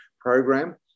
Program